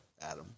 Adam